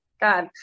God